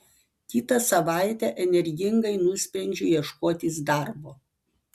kitą savaitę energingai nusprendžiu ieškotis darbo